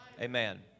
Amen